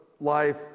life